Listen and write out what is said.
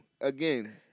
again